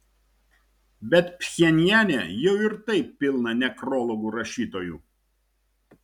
bet pchenjane jau ir taip pilna nekrologų rašytojų